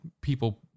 people